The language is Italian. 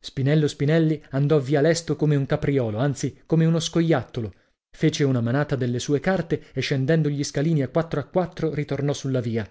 spinello spinelli andò via lesto come un capriolo anzi come uno scoiattolo fece una manata delle sue carte e scendendo gli scalini a quattro a quattro ritornò sulla via